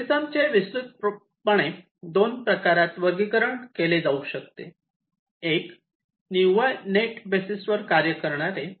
अल्गोरिदमचे विस्तृतपणे 2 प्रकारात वर्गीकरण केले जाऊ शकते 1 निव्वळ नेट बेसिसवर कार्य करणारे